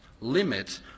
limit